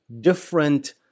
different